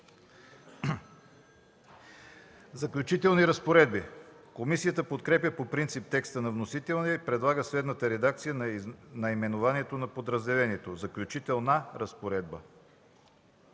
„Заключителни разпоредби”. Комисията подкрепя по принцип текста на вносителя и предлага следната редакция за наименованието на подразделението: „Заключителна разпоредба”.